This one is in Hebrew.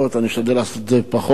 אני אשתדל לעשות את זה בפחות זמן.